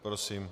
Prosím.